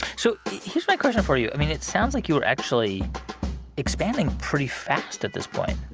so here's my question for you. i mean, it sounds like you were actually expanding pretty fast at this point